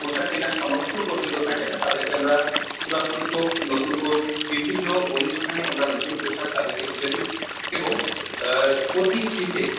পোশাক কেনার সামর্থ্য পর্যন্ত থাকে না তাদেরকে আমরা পুরাতন হোক নতুন হোক বিভিন্ন অনুষ্ঠানে আমরা নতুন পোশাক তাদেরকে তুলে দিই এবং প্রতি শীতে